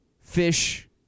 Fish